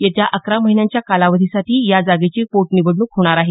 येत्या अकरा महिन्यांच्या कालावधीसाठी या जागेची पोटनिवडणूक होणार आहे